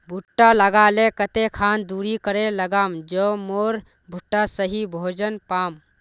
भुट्टा लगा ले कते खान दूरी करे लगाम ज मोर भुट्टा सही भोजन पाम?